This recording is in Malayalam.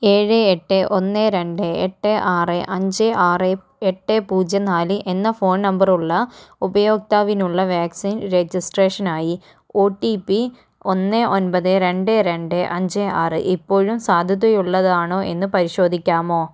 ഏഴ് എട്ട് ഒന്ന് രണ്ട് എട്ട് ആറ് അഞ്ച് ആറ് എട്ട് പൂജ്യം നാല് എന്ന ഫോൺ നമ്പറുള്ള ഉപയോക്താവിനുള്ള വാക്സിൻ രജിസ്ട്രേഷനുമായി ഒ ടി പി ഒന്ന് ഒൻപത് രണ്ട് രണ്ട് അഞ്ച് ആറ് ഇപ്പോഴും സാധുതയുള്ളതാണോ എന്ന് പരിശോധിക്കാമോ